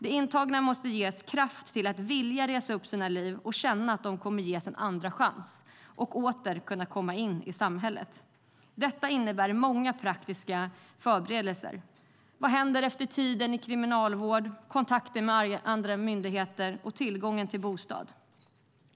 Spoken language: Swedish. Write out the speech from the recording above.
De intagna måste ges kraft att vilja resa upp sina liv och känna att de kommer att ges en andra chans och åter kunna komma in i samhället. Detta innebär många praktiska förberedelser. Det handlar om vad som händer efter tiden i kriminalvården, kontakter med andra myndigheter och tillgången till bostad.